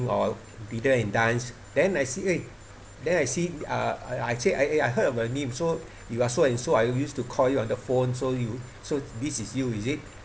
all dinner and dance then I see eh then I see uh I say I heard your name so you are so and so I used to call you on the phone so you so this is you is it